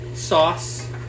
sauce